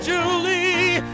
Julie